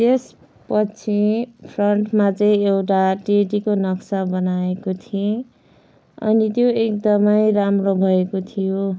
त्यसपछि फ्रन्टमा चाहिँ एउटा टेडीको नक्सा बनाएको थिएँ अनि त्यो एकदमै राम्रो भएको थियो